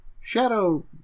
shadow